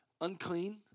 unclean